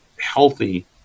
healthy